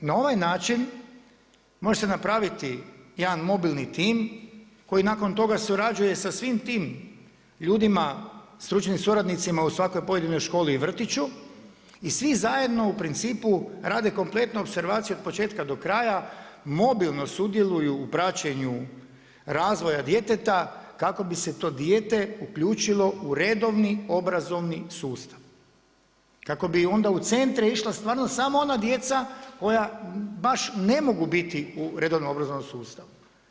Na ovaj način može se napraviti jedan mobilni tim koji nakon toga surađuje sa svim tim ljudima, stručnim suradnicima u svakoj pojedinoj školi i vrtiću i svi zajedno u principu rade kompletnu opservaciju od početka do kraja, mobilno sudjeluju u praćenju razvoja djeteta kako bi se to dijete uključilo u redovni obrazovni sustav, kako bi u centre išla samo ona djeca koja baš ne mogu biti u redovnom obrazovnom sustavu.